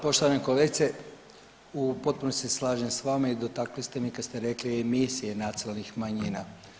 Poštovana kolegice, u potpunosti se slažem s vama i dotakli ste me kad ste rekli emisije nacionalnih manjina.